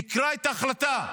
תקרא את ההחלטה.